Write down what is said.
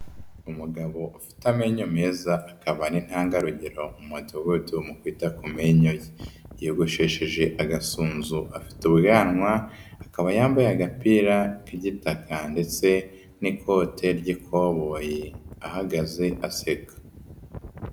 Umugabo ufite amenyo meza, akaba n'intangarugero mu mudugudu mu kwita ku menyo ye, yiyogoshesheje agasunzu afite ubwanwa, akaba yambaye agapira k'igitaka ndetse n'ikote ry'ikoboyi ahagaze aseka.